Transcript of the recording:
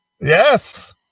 Yes